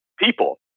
people